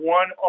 one